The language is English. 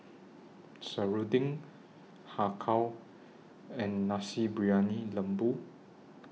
Serunding Har Kow and Nasi Briyani Lembu